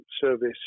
service